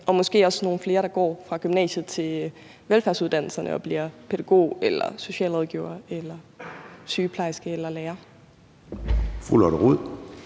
og måske også nogle flere, der går fra gymnasiet til velfærdsuddannelserne og bliver pædagog eller socialrådgiver eller sygeplejerske eller lærer.